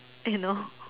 you know